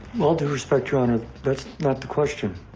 all due respect your honor, that's not the question,